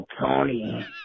Tony